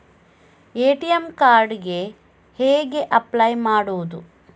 ATM card ಗೆ ಹೇಗೆ apply ಮಾಡುವುದು?